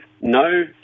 no